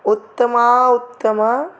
उत्तमा उत्तमा